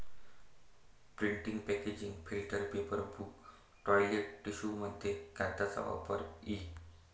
printing packaging filter paper book toilet टिश्यूमध्ये कागदाचा वापर इ